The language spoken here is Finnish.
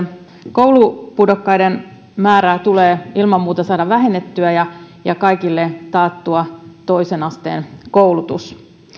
koulupudokkaiden määrää tulee ilman muuta saada vähennettyä ja ja kaikille taattua toisen asteen koulutus